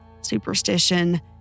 superstition